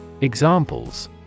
Examples